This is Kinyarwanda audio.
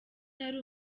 nari